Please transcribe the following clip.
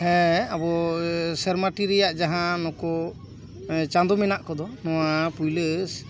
ᱦᱮᱸ ᱟᱵᱚ ᱥᱮᱨᱢᱟ ᱴᱤ ᱨᱮᱭᱟᱜ ᱡᱟᱦᱟᱸ ᱱᱩᱠᱩ ᱪᱟᱸᱫᱳ ᱢᱮᱱᱟᱜ ᱠᱚᱫᱚ ᱱᱚᱣᱟ ᱯᱩᱭᱞᱟᱹ